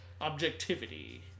Objectivity